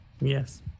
Yes